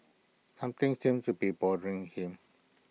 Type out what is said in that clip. something seems to be bothering him